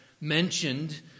mentioned